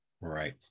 Right